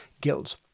guilds